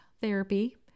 therapy